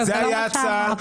זה לא מה שאמרת.